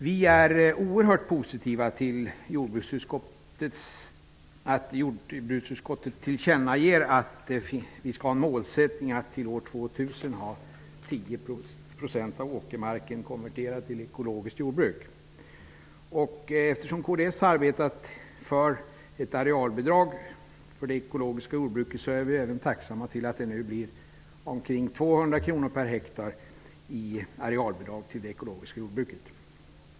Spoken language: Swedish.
Vi är oerhört positiva till att jordbruksutskottet tillkännager att vi skall ha målsättningen att till år 2000 ha 10 % av åkermarken konverterad till ekologiskt jordbruk. Eftersom kds har arbetat för ett arealbidrag för det ekologiska jordbruket är vi tacksamma för att det nu blir omkring 200 kr per hektar i arealbidrag till det ekologiska jordbruket.